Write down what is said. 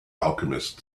alchemist